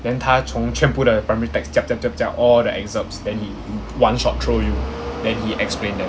then 他从全部的 primary text jiap jiap jiap jiap all the excerpts then he one shot throw you then he explain them